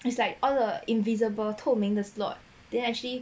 it's like all the invisible 透明的 slot then actually